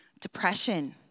depression